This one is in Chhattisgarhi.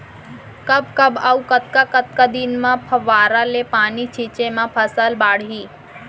कब कब अऊ कतका कतका दिन म फव्वारा ले पानी छिंचे म फसल बाड़ही?